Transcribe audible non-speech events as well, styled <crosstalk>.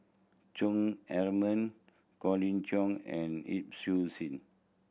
Chong <unintelligible> Colin Cheong and Yip Su Sin